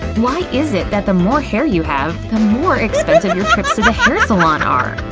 why is it that the more hair you have, the more expensive your trips to the hair salon are?